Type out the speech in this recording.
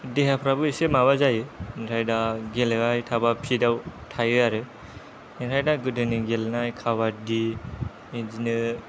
देहाफ्राबो एसे माबा जायो ओमफ्राय दा गेलेबाय थाब्ला फिट आव थायो आरो बेनिफ्राय दा गोदोनि गेलेनाय खाबादि बिदिनो